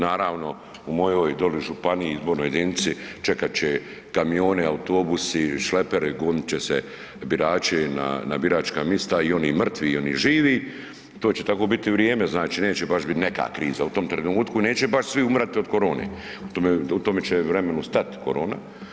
Naravno, u mojoj dolje županiji, izbornoj jedinici, čekat će kamioni, autobusi, šleperi, gonit će se birači na biračka mista i oni mrtvi i oni živi, to će takvo biti vrijeme, znači neće baš biti neka kriza u tom trenutku i neće baš svi umirati od korone, to, u tome će vremenu stati korona.